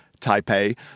Taipei